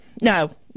no